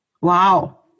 Wow